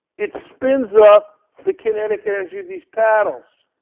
it spins up the kinetic energy of these paddles.